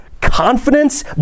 confidence